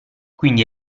quindi